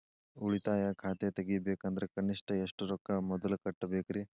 ಉಳಿತಾಯ ಖಾತೆ ತೆಗಿಬೇಕಂದ್ರ ಕನಿಷ್ಟ ಎಷ್ಟು ರೊಕ್ಕ ಮೊದಲ ಕಟ್ಟಬೇಕ್ರಿ?